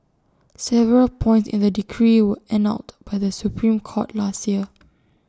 several points in the decree were annulled by the Supreme court last year